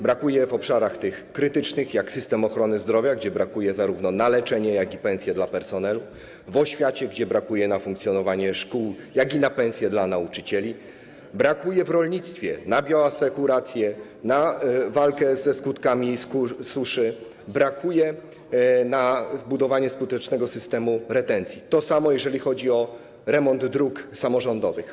Brakuje ich w obszarach krytycznych, takich jak system ochrony zdrowia, gdzie brakuje zarówno na leczenie, jak i na pensje dla personelu, w oświacie, gdzie brakuje zarówno na funkcjonowanie szkół, jak i na pensje dla nauczycieli, brakuje w rolnictwie: na bioasekurację, na walkę ze skutkami suszy, brakuje na budowanie skutecznego systemu retencji, to samo, jeżeli chodzi o remont dróg samorządowych.